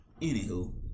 anywho